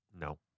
No